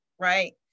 right